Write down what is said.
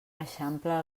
eixampla